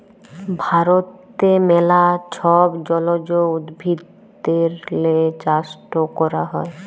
ভারতে ম্যালা ছব জলজ উদ্ভিদেরলে চাষট ক্যরা হ্যয়